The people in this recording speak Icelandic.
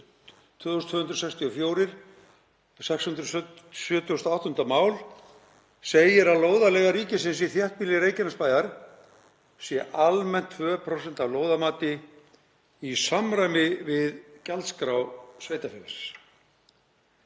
2264, 678. mál), segir að lóðarleiga ríkisins í þéttbýli Reykjanesbæjar sé almennt 2% af lóðarmati í samræmi við gjaldskrá sveitarfélagsins.